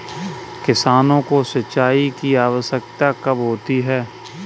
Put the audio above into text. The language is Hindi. किसानों को सिंचाई की आवश्यकता कब होती है?